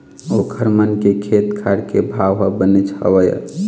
ओखर मन के खेत खार के भाव ह बनेच हवय